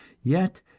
yet,